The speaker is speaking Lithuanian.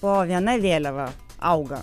po viena vėliava auga